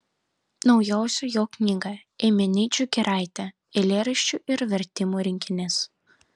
naujausia jo knyga eumenidžių giraitė eilėraščių ir vertimų rinkinys